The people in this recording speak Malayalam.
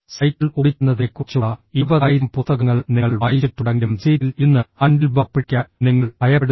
സൈക്കിൾ ഓടിക്കുന്നതിനെക്കുറിച്ചുള്ള 20000 പുസ്തകങ്ങൾ നിങ്ങൾ വായിച്ചിട്ടുണ്ടെങ്കിലും സീറ്റിൽ ഇരുന്ന് ഹാൻഡിൽബാർ പിടിക്കാൻ നിങ്ങൾ ഭയപ്പെടുന്നു